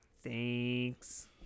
Thanks